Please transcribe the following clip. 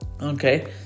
Okay